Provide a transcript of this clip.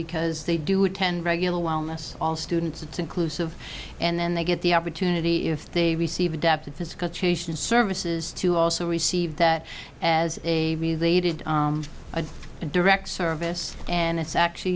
because they do attend regular wellness all students it's inclusive and then they get the opportunity if they receive adapted physical services to also receive that as a direct service and it's actually